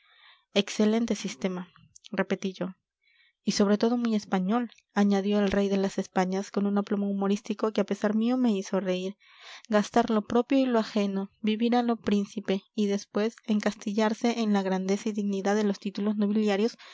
excelente sistema repetí yo y sobre todo muy español añadió el rey de las españas con un aplomo humorístico que a pesar mío me hizo reír gastar lo propio y lo ajeno vivir a lo príncipe y después encastillarse en la grandeza y dignidad de los títulos nobiliarios